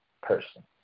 person